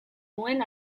nuen